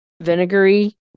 vinegary